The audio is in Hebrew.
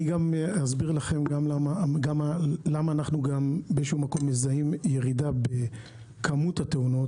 אני אסביר לכם למה אנחנו מזהים ירידה בכמות התאונות,